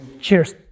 Cheers